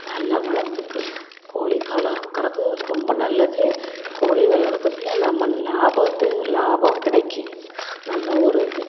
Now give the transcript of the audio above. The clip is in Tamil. நல்லா வளந்துக்கும் கோழி வளர்க்கிறது ரொம்ப நல்லது கோழி வளர்க்கிறதுல நம்ம லாபத்தை லாபம் கெடைக்கும் நல்ல ஒரு இது